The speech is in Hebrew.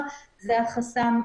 לעוד אלטרנטיבות,